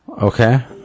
Okay